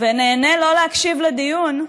ונהנה לא להקשיב לדיון.